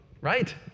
right